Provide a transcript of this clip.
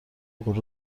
غرور